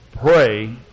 pray